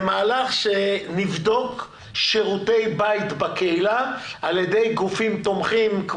למהלך שנבדוק שירותי בית בקהילה על ידי גופים תומכים,